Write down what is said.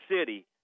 city